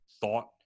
thought